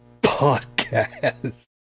podcast